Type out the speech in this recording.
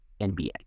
NBA